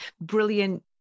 brilliant